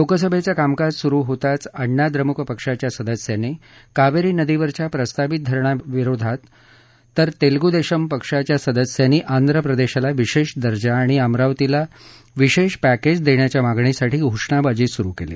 लोकसभेचं कामकाज सुरू होताच अण्णा द्रमुक पक्षाच्या सदस्यांनी कावेरी नदीवरच्या प्रस्तावित धरणाविरोधात तर तेलुगु देशम पक्षाच्या सदस्यांनी आंध्र प्रदेशाला विशेष दर्जा आणि अमरावतीला विशेष पॅकेज देण्याच्या मागणीसाठी घोषणाबाजी सुरु केली